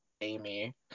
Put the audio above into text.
Amy